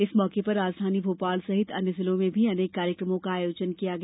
इस मौके पर राजधानी भोपाल सहित अन्य जिलों में भी अनेक कार्यक्रमों का आयोजन किया गया